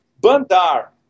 Bandar